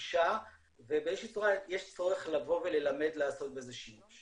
גישה ובאיזו שהיא צורה יש צורך לבוא וללמד לעשות בזה שימוש,